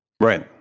Right